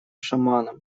шаманам